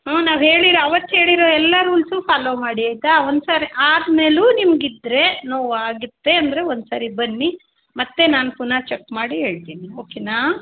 ಹ್ಞೂ ನಾವು ಹೇಳಿರ ಅವತ್ತು ಹೇಳಿರೊ ಎಲ್ಲಾ ರೂಲ್ಸು ಫಾಲೋ ಮಾಡಿ ಆಯಿತಾ ಒನ್ಸರ್ತಿ ಆದ್ಮೇಲೂ ನಿಮ್ಗೆ ಇದ್ದರೆ ನೋವು ಆಗತ್ತೆ ಅಂದರೆ ಒಂದ್ಸರ್ತಿ ಬನ್ನಿ ಮತ್ತೆ ನಾನು ಪುನಃ ಚೆಕ್ ಮಾಡಿ ಹೇಳ್ತೀನಿ ಓಕೆನಾ